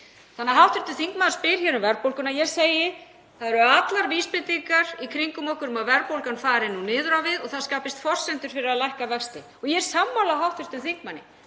greiningaraðila. Hv. þingmaður spyr hér um verðbólguna og ég segi: Það eru allar vísbendingar í kringum okkur um að verðbólgan fari nú niður á við og það skapist forsendur fyrir því að lækka vexti. Ég er sammála hv. þingmanni.